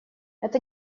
это